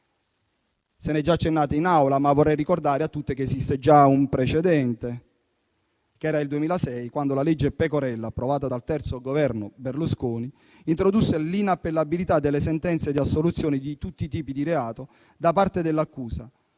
Se n'è già accennato in Aula, ma vorrei ricordare a tutti che esiste già un precedente. Era il 2006, quando la legge Pecorella, approvata dal terzo Governo Berlusconi, introdusse l'inapplicabilità delle sentenze di assoluzione di tutti i tipi di reato da parte dell'accusa,